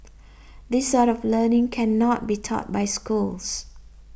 this sort of learning cannot be taught by schools